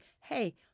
hey